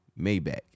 Maybach